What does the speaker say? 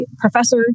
professor